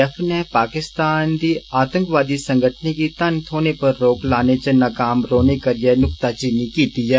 ज्थ् ने पाकिस्तान दी आतंकवादी संगठने गी धन थोह्ने पर रोक लाने च नाकाम रौह्ने करिये नुक्ताचीनी कीती ऐ